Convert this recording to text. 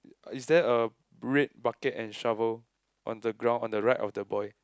is there a red bucket and shovel on the ground on the right of the boy